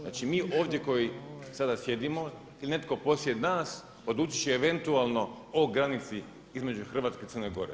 Znači mi ovdje koji sada sjedimo ili netko poslije nas odlučit će eventualno o granici između Hrvatske i Crne Gore.